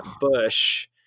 Bush